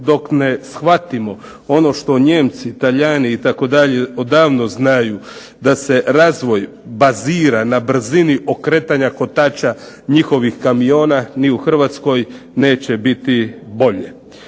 dok ne shvatimo ono što Njemci, Talijani odavno znaju da se razvoj bazira na brzini okretanja kotača njihovih kamiona ni u Hrvatskoj neće biti bolje.